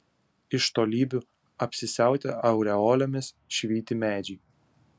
iš tolybių apsisiautę aureolėmis švyti medžiai